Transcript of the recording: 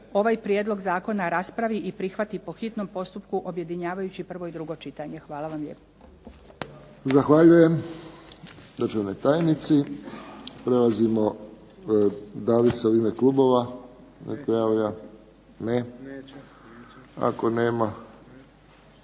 ovaj prijedlog zakona raspravi i prihvati po hitnom postupka objedinjavajući prvo i drugo čitanje. Hvala vam lijepo.